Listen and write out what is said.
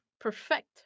perfect